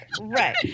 right